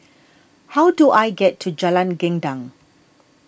how do I get to Jalan Gendang